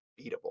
beatable